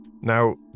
Now